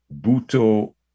buto